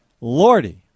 Lordy